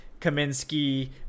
Kaminsky